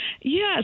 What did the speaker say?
Yes